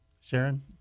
sharon